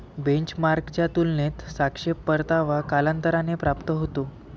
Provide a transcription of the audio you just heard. बेंचमार्कच्या तुलनेत सापेक्ष परतावा कालांतराने प्राप्त होतो